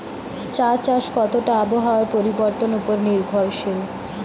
চা চাষ কতটা আবহাওয়ার পরিবর্তন উপর নির্ভরশীল?